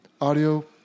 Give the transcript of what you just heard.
audio